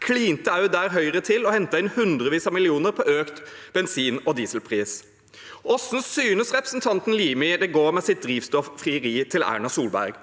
klinte Høyre til også der og hentet inn hundrevis av millioner på økt bensin- og dieselpris. Hvordan synes representanten Limi det går med sitt drivstoffrieri til Erna Solberg?